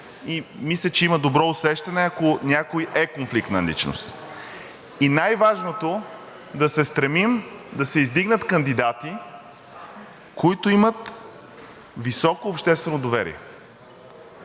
и мисля, че има добро усещане, ако някой е конфликтна личност. И най-важното – да се стремим да се издигнат кандидати, които имат високо обществено доверие.